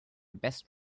best